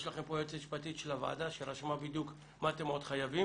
יש לכם פה יועצת משפטית של הוועדה שרשמה בדיוק מה אתם עוד חייבים.